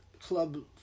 club